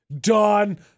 Done